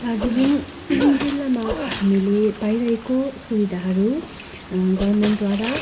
दार्जिलिङ जिल्लामा हामीले पाइरहेको सुविधाहरू गभर्मेन्टद्वारा